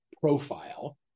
profile